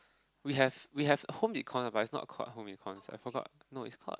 we have we have home econ ah but it's not called home econs I forgot no it's called